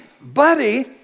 buddy